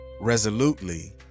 resolutely